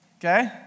Okay